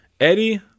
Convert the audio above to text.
Eddie